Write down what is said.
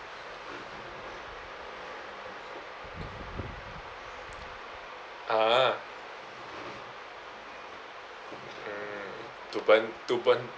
ah to burn to burn